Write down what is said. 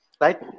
right